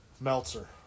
Meltzer